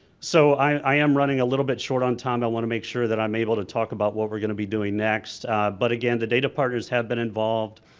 so i am running a little bit short on time i want to make sure that i'm able to talk about what we're going to be doing next but again the data parties have been involved